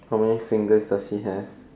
how many fingers does he have